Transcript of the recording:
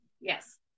yes